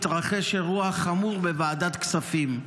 התרחש אירוע חמור בוועדת הכספים.